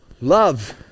love